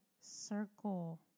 circle